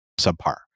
subpar